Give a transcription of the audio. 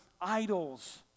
idols